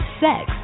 sex